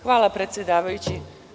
Hvala, predsedavajući.